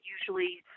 usually